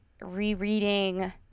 rereading